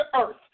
earth